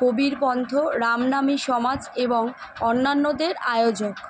কবীরপন্থ রামনামি সমাজ এবং অন্যান্যদের আয়োজক